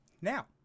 Now